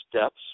steps